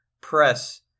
Press